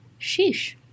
Sheesh